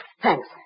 Thanks